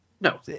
No